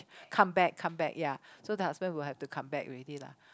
come back come back ya so the husband will have to come back with it lah